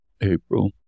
April